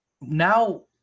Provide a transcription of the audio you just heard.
Now